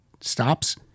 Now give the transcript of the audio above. stops